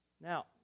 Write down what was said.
Now